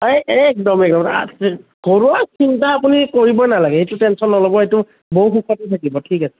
একদম একদম ঘৰুৱা চিন্তা আপুনি কৰিবই নালাগে সেইটো টেনচন নল'ব সেইটো বহুত সুখতে থাকিব ঠিক আছে